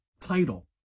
title